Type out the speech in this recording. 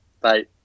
Bye